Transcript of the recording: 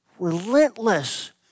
relentless